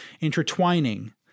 intertwining